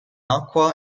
acqua